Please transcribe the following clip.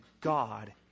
God